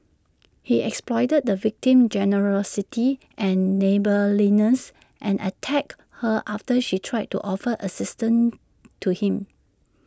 he exploited the victim's generosity and neighbourliness and attacked her after she tried to offer assistance to him